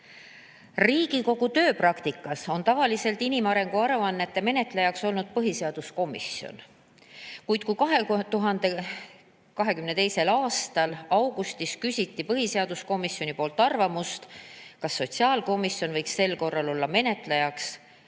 Riigikogu tööpraktikas on tavaliselt inimarengu aruannete menetlejaks olnud põhiseaduskomisjon. Kuid 2022. aasta augustis küsis põhiseaduskomisjon, kas sotsiaalkomisjon võiks sel korral olla menetlejaks,